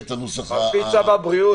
לפי צו הבריאות,